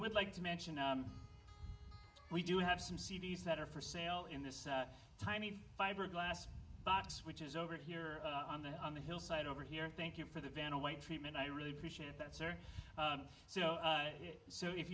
would like to mention we do have some c d s that are for sale in this tiny fiberglass box which is over here on the on the hillside over here thank you for the vanna white treatment i really appreciate that sir so so